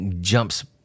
jumps